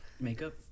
Makeup